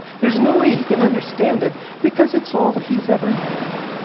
there's no way he can understand it because it's all he's ever known,